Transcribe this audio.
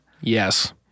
Yes